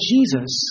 Jesus